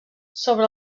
sobre